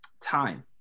Time